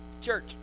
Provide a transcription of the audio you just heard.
Church